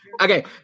Okay